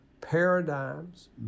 paradigms